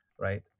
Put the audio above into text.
right